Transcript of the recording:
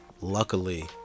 Luckily